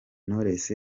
knowless